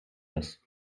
ist